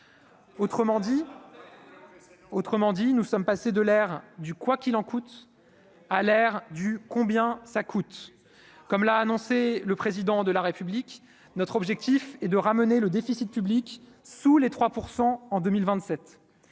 Autrement dit, nous sommes passés de l'ère du quoi qu'il en coûte à l'air du combien ça coûte, comme l'a annoncé le président de la République, notre objectif est de ramener le déficit public sous les 3 % en 2000